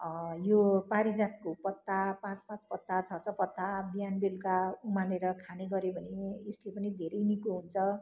यो पारिजातको पत्ता पाँच पाँच पत्ता छ छ पत्ता बिहान बेलका उमालेर खानेगर्यो भने यसले पनि धेरै निको हुन्छ